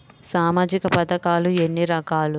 సామాజిక పథకాలు ఎన్ని రకాలు?